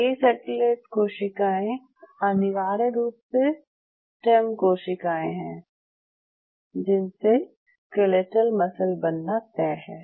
ये सेटेलाइट कोशिकाएं अनिवार्य रूप से स्टेम कोशिकाएं हैं जिनसे स्केलेटल मसल बनना तय है